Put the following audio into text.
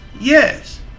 Yes